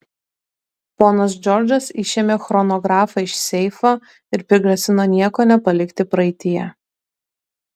ponas džordžas išėmė chronografą iš seifo ir prigrasino nieko nepalikti praeityje